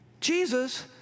Jesus